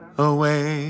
away